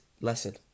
lesson